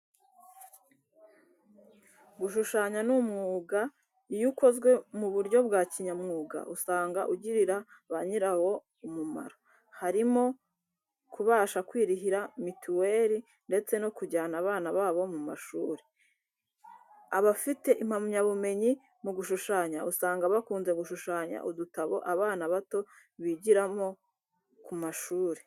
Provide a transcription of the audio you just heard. Gushushanya ni umwuga iyo ukozwe mu buryo bwa kinyamwuga usanga ugirira ba nyirawo umumaro, harimo kubasha kwirihira mituwere ndetse no kujyana abana babo mu ma shuri. Abafite impamyabumyenyi mu gushushanya, usanga bakunze gushushanya udutabo abana bato bigiramo ku mashuri.